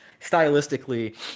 stylistically